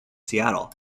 seattle